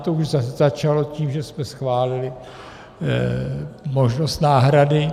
To už začalo tím, že jsme schválili možnost náhrady.